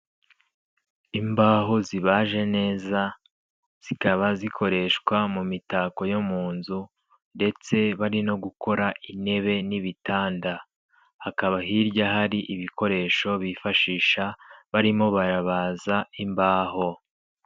Imbaho zibaje neza zikaba zikoreshwa mu mitako yo mu nzu, ndetse bari no gukora intebe n'ibitanda. Hakaba hirya hari ibikoresho bifashisha barimo barabaza imbaho.